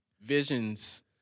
Visions